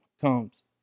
comes